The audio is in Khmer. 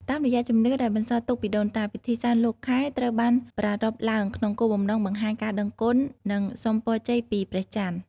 តាមរយៈជំនឿដែលបន្សល់ទុកពីដូនតា ពិធីសែនលោកខែត្រូវបានប្រារព្ធឡើងក្នុងគោលបំណងបង្ហាញការដឹងគុណ និងសុំពរជ័យពីព្រះច័ន្ទ។